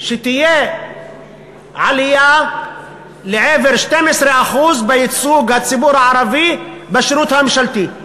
שתהיה עלייה לעבר 12% בייצוג הציבור הערבי בשירות הממשלתי.